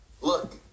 Look